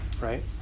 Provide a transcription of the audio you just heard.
right